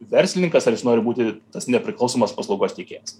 verslininkas ar jis nori būti tas nepriklausomas paslaugos teikėjas